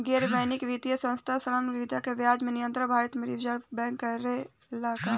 गैर बैंकिंग वित्तीय संस्था से ऋण सुविधा पर ब्याज के नियंत्रण भारती य रिजर्व बैंक करे ला का?